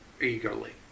eagerly